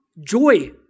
joy